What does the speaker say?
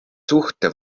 suhte